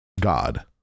God